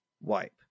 wipe